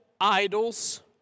idols